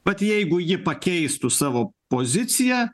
vat jeigu ji pakeistų savo poziciją